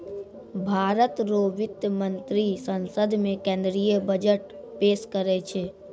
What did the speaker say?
भारत रो वित्त मंत्री संसद मे केंद्रीय बजट पेस करै छै